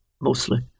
mostly